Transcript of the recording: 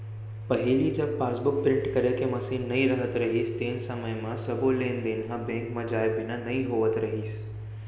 पहिली जब passbook print करे के मसीन नइ रहत रहिस तेन समय म सबो लेन देन ह बेंक म जाए बिना नइ होवत रहिस